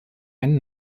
einen